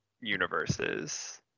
universes